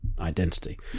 identity